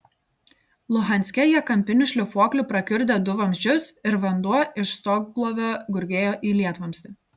luhanske jie kampiniu šlifuokliu prakiurdė du vamzdžius ir vanduo iš stoglovio gurgėjo į lietvamzdį